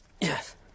Yes